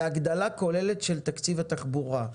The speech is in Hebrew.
והגדלה כוללת של תקציב התחבורה,